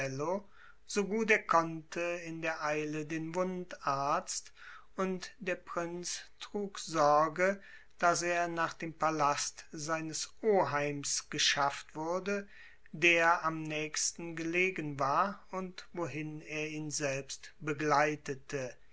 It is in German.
so gut er konnte in der eile den wundarzt und der prinz trug sorge daß er nach dem palast seines oheims geschafft wurde der am nächsten gelegen war und wohin er ihn selbst begleitete